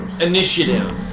initiative